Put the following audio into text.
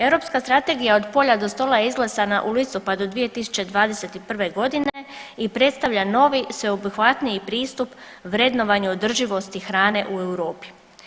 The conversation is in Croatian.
Europska Strategija „Od polja do stola“ je izglasana u listopadu 2021.g. i predstavlja novi sveobuhvatniji pristup vrednovanju održivosti hrane u Europi.